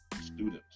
students